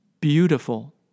Beautiful